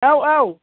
औ औ